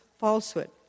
falsehood